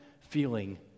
feeling